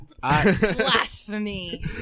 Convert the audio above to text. Blasphemy